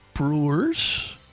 Brewers